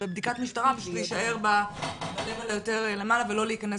פשוט להישאר בלבל היותר למעלה ולא להיכנס